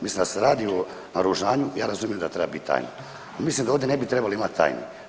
Mislim da se radi o naoružanju ja razumijem da treba biti tajno, ali mislim da ovdje ne bi trebali imati tajnu.